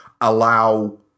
allow